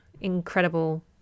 incredible